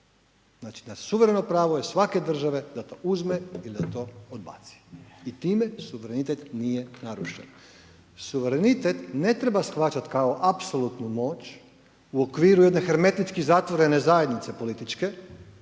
Znači da suvereno pravo je svake države da to uzme i da to odbaci i time suverenitet nije narušen. Suverenitet nije narušen. Suverenitet ne treba shvaćati kao apsolutnu moć u okviru jedne hermetički zatvorene zajednice političke